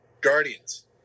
Guardians